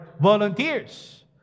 volunteers